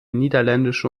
niederländische